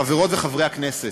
חברות וחברי הכנסת,